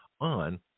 on